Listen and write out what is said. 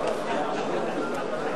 (המרה)